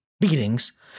beatings